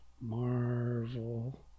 Marvel